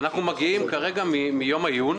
אנחנו מגיעים כרגע מיום העיון,